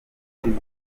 nshuti